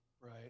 Right